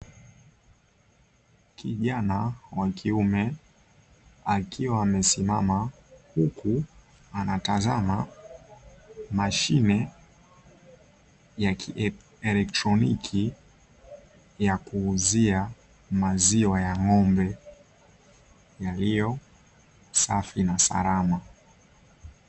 Kijana wa kiume akiwa amesimama, huku anatazama mashine ya kielektroniki ya kuuzia maziwa ya ng'ombe yaliyo safi na salama.